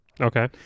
Okay